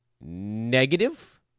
negative